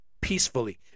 peacefully